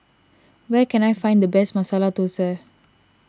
where can I find the best Masala Dosa